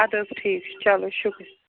اَدٕ حظ ٹھیٖک چھُ چلو شُکر